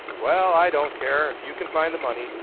well, i don't care, if you can find the money,